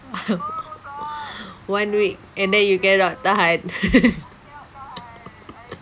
one week and then you cannot tahan